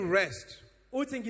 rest